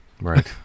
Right